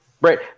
right